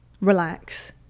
relax